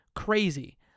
Crazy